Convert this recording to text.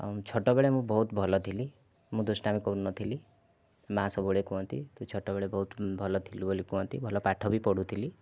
ଛୋଟବେଳେ ମୁଁ ବହୁତ ଭଲ ଥିଲି ମୁଁ ଦୁଷ୍ଟାମୀ କରୁନଥିଲି ମା ସବୁବେଳେ କୁହନ୍ତି ତୁ ଛୋଟବେଳେ ବହୁତ ଭଲ ଥିଲୁ ବୋଲି କୁହନ୍ତି ଭଲ ପାଠ ବି ପଢ଼ୁଥିଲି